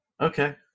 Okay